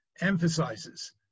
emphasizes